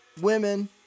women